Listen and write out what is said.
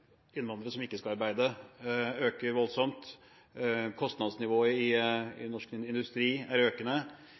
som ikke skal arbeide, øker voldsomt og et økende kostnadsnivå i norsk industri er